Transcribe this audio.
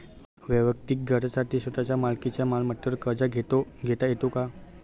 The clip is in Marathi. वैयक्तिक गरजांसाठी स्वतःच्या मालकीच्या मालमत्तेवर कर्ज घेता येतो का?